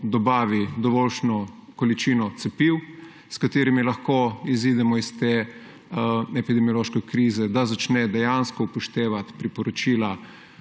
dobavi dovoljšno količino cepiv, s katerimi lahko izidemo iz te epidemiološke krize, da začne dejansko upoštevati priporočila